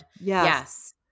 Yes